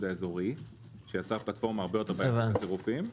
האזורי שיצר פלטפורמה הרבה יותר --- הבנתי.